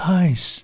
eyes